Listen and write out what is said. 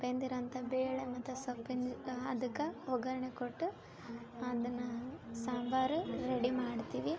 ಬೆಂದಿರೋವಂಥಾ ಬೇಳೆ ಮತ್ತು ಸೊಪ್ಪಿನ ಅದ್ಕಾ ಒಗ್ಗರಣೆ ಕೊಟ್ಟು ಅದನ್ನ ಸಾಂಬಾರು ರೆಡಿ ಮಾಡ್ತೀವಿ